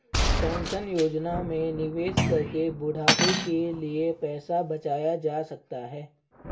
pension योजना में निवेश करके बुढ़ापे के लिए पैसा बचाया जा सकता है